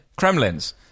Kremlins